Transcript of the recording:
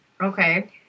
Okay